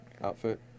outfit